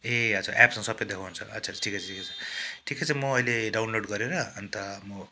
ए हजुर एप्समा सबै देखाउँछ अच्छा अच्छा ठिकै छ ठिकै छ ठिकै छ म अहिले डाउनलोड गरेर अन्त म